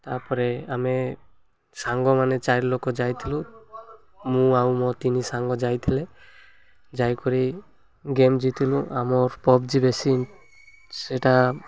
ତା'ପରେ ଆମେ ସାଙ୍ଗମାନେ ଚାରି ଲୋକ ଯାଇଥିଲୁ ମୁଁ ଆଉ ମୋ ତିନି ସାଙ୍ଗ ଯାଇଥିଲେ ଯାଇ କରି ଗେମ୍ ଜିତିଥିଲୁ ଆମର ପବ୍ ଜି ବେଶୀ ସେଟା